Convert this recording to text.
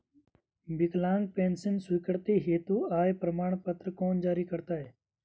विकलांग पेंशन स्वीकृति हेतु आय प्रमाण पत्र कौन जारी करता है?